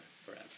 forever